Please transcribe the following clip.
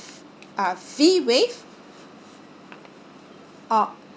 uh fee waive oh